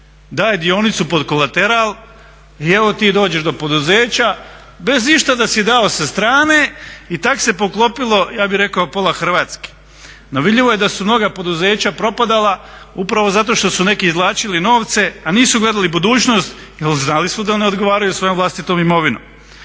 Daje dionicu pod kolateral i evo ti dođeš do poduzeća bez išta da si dao sa strane i tako se poklopilo ja bih rekao pola Hrvatske. No, vidljivo je da su mnoga poduzeća propadala upravo zato što su neki izvlačili novce a nisu gledali budućnost jel znali su da ne odgovaraju svojom vlastitom imovinom.